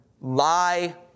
lie